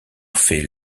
fait